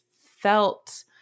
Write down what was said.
felt